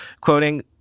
quoting